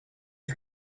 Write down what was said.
you